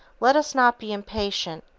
let us not be impatient,